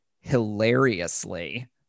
hilariously